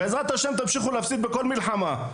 בעזרת השם תמשיכו להפסיד בכל מלחמה.